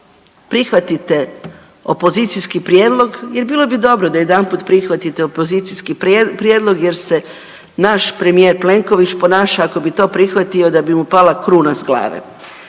da prihvatite opozicijski prijedlog jer bilo bi dobro da jedanput prihvatite opozicijski prijedlog jer se naš premijer Plenković ponaša ako bi to prihvatio da bi mu pala kruna s glave.